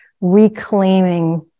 reclaiming